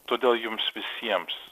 todėl jums visiems